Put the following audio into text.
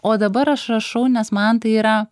o dabar aš rašau nes man tai yra